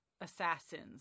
assassins